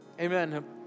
Amen